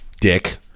dick